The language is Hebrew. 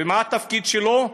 מה התפקיד שלו?